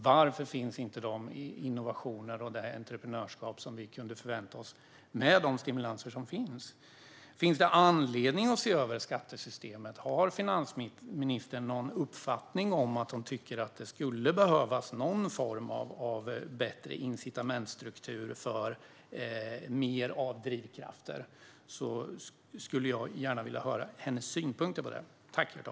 Varför finns inte de innovationer och det entreprenörskap som vi kunde förvänta oss med de stimulanser som finns? Finns det anledning att se över skattesystemet? Har finansministern någon uppfattning om huruvida hon tycker att det skulle behövas någon form av bättre incitamentsstruktur för mer av drivkrafter? I så fall skulle jag gärna vilja höra hennes synpunkter på detta.